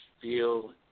feel